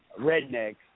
rednecks